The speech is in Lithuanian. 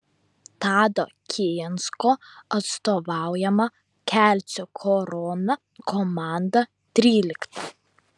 tado kijansko atstovaujama kelcų korona komanda trylikta